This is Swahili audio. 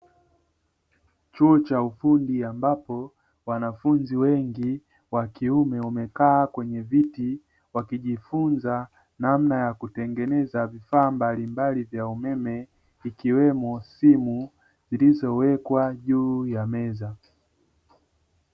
Chuo cha ufundi ambapo wanafunzi wengi wa kiume wamekaa kwenye viti wakijifunza namna ya kutengeneza vifaa mbalimbali vya umeme ikiwemo simu zilizowekwa juu ya meza.